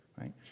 right